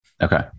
Okay